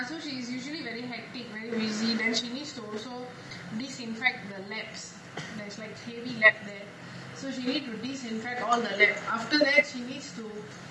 ya so she's usually very hectic very busy then she needs to also disinfect the labs that's like heavy labs there so she needs to disinfect all the labs after that she needs to